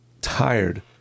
tired